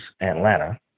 Atlanta